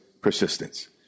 persistence